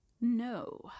no